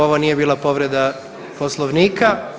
Ovo nije bila povreda Poslovnika.